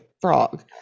frog